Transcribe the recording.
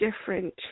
different